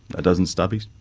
a dozen stubbies.